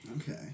Okay